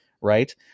Right